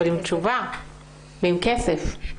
אבל עם תשובה ועם כסף.